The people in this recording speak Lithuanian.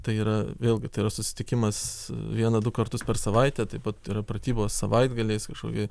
tai yra vėlgi tai yra susitikimas vieną du kartus per savaitę taip pat yra pratybos savaitgaliais kažkokie